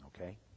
Okay